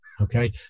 Okay